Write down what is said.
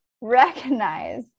recognize